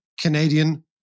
Canadian